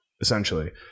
essentially